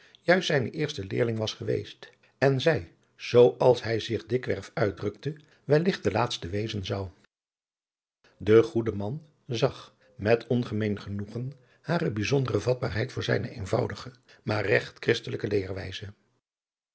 juist zijne eerste leerling was geweest en zij zoo als hij zich dikwerf uitdrukte welligt de laatste wezen zou de goede man zag met ongemeen genoegen hare bijzondere vatbaarheid voor zijne eenvoudige maar regt christelijke